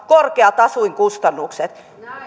korkeat asuinkustannukset